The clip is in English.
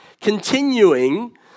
continuing